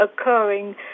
occurring